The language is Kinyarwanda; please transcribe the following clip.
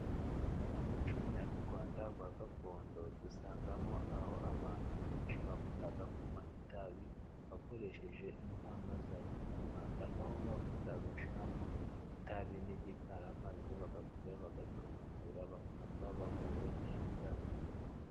Mu muco nyarwanda wa gakondo dusangamo aho abantu benshi bakundaga kunywa itabi bakoresheje inkono za kinyarwanda, aho bakundaga gushyiramo itabi n'igikara maze bagakurura, bagatumagura, bakumva baguwe neza.